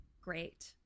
great